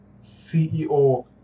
CEO